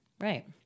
Right